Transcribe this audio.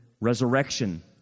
resurrection